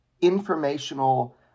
informational